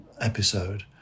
episode